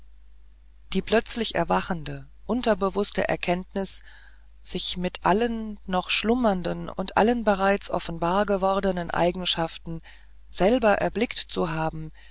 die plötzlich erwachende unterbewußte erkenntnis sich mit allen noch schlummernden und allen bereits offenbar gewordenen eigenschaften selber erblickt zu haben